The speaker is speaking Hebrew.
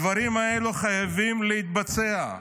הדברים האלה חייבים להתבצע.